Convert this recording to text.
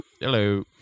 Hello